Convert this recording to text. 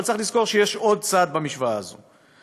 אבל צריך לזכור שיש עוד צד במשוואה הזו.